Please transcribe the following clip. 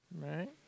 Right